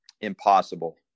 impossible